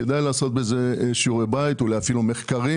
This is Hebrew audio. כדאי לעשות שיעורי בית ואולי אפילו מחקרים,